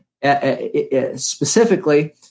specifically